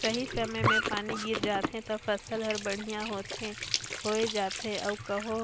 सही समय मे पानी गिर जाथे त फसल हर बड़िहा होये जाथे अउ कहो